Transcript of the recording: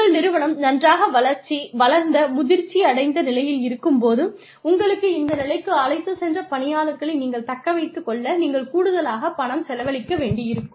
உங்கள் நிறுவனம் நன்றாக வளர்ந்த முதிர்ச்சியடைந்த நிலையில் இருக்கும்போதும் உங்களை இந்த நிலைக்கு அழைத்துச் சென்ற பணியாளர்களை நீங்கள் தக்கவைத்துக் கொள்ள நீங்கள் கூடுதலாகப் பணம் செலவழிக்க வேண்டி இருக்கும்